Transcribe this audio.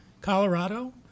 Colorado